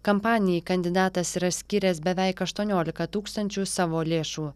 kampanijai kandidatas yra skyręs beveik aštuoniolika tūkstančių savo lėšų